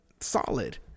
solid